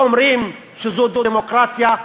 ואומרים שזו דמוקרטיה,